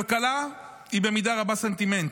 כלכלה היא במידה רבה סנטימנט.